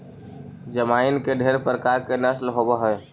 जमाइन के ढेर प्रकार के नस्ल होब हई